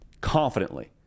confidently